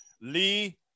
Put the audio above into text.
Lee